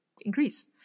increase